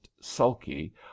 sulky